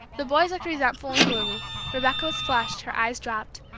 the boys looked resentful and gloomy rebecca was flushed, her eyes dropped,